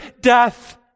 death